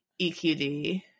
EQD